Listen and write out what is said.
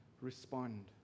respond